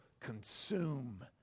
consume